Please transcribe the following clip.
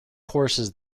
courses